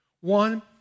One